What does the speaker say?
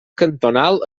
cantonal